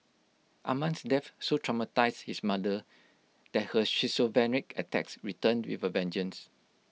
Amman's death so traumatised his mother that her schizophrenic attacks returned with A vengeance